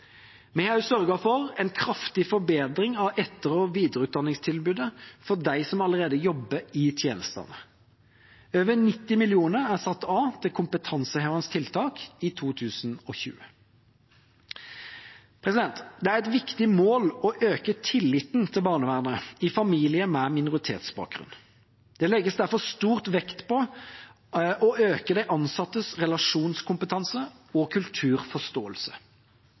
Vi har også sørget for en kraftig forbedring av etter- og videreutdanningstilbudet for dem som allerede jobber i tjenestene. Over 90 mill. kr er satt av til kompetansehevende tiltak i 2020. Det er et viktig mål å øke tilliten til barnevernet i familier med minoritetsbakgrunn. Det legges derfor stor vekt på å øke de ansattes relasjonskompetanse og kulturforståelse.